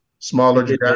Smaller